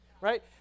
Right